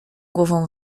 głową